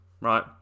right